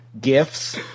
gifts